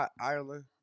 Ireland